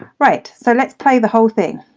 right so let's play the whole thing.